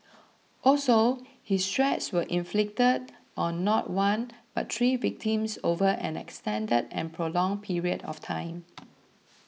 also his threats were inflicted on not one but three victims over an extended and prolonged period of time